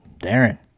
Darren